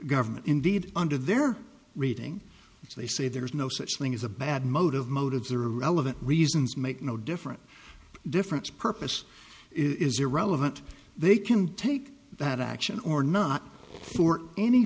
government indeed under their reading if they say there is no such thing as a bad motive motives are irrelevant reasons make no difference difference purpose is irrelevant they can take that action or not for any